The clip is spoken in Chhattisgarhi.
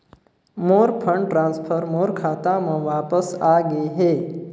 मोर फंड ट्रांसफर मोर खाता म वापस आ गे हे